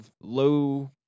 low